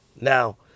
Now